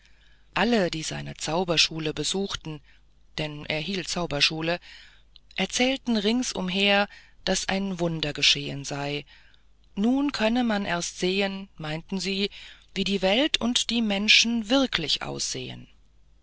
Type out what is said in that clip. alle die seine zauberschule besuchten denn er hielt zauberschule erzählten rings umher daß ein wunder geschehen sei nun könne man erst sehen meinten sie wie die welt und die menschen wirklich aussehen